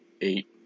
Eight